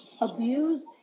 abuse